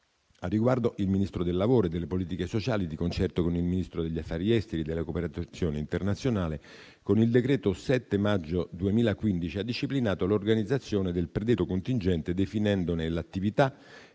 Al riguardo, il Ministro del lavoro e delle politiche sociali, di concerto con il Ministro degli affari esteri e della cooperazione internazionale, con il decreto del 7 maggio 2015 ha disciplinato l'organizzazione del predetto contingente, definendone l'attività